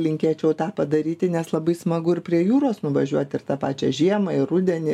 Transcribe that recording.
linkėčiau tą padaryti nes labai smagu ir prie jūros nuvažiuoti ir tą pačią žiemą ir rudenį